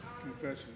Confession